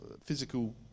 physical